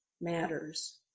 matters